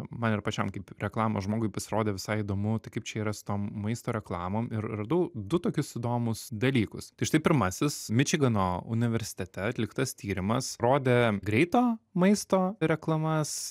man ir pačiam kaip reklamos žmogui pasirodė visai įdomu tai kaip čia yra su tom maisto reklamom ir radau du tokius įdomius dalykus tai štai pirmasis mičigano universitete atliktas tyrimas rodė greito maisto reklamas